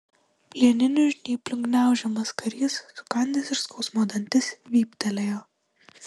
plieninių žnyplių gniaužiamas karys sukandęs iš skausmo dantis vyptelėjo